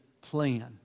plan